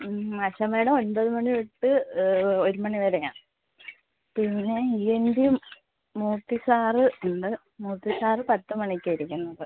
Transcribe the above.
ASHA madam ഒൻപത് മണി തൊട്ട് ഒരു മണി വരെയാണ് പിന്നെ E N T Murthy sir ഇന്ന് മൂർത്തി സാർ പത്ത് മണിക്കാണ് ഇരിക്കുന്നത്